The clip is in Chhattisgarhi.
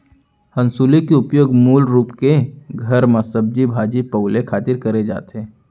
हँसुली के उपयोग मूल रूप के घर म सब्जी भाजी पउले खातिर करे जाथे